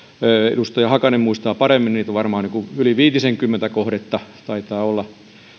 edustaja hakanen muistaa paremmin niitä on varmaan yli viitisenkymmentä kohdetta taitaa olla